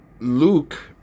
Luke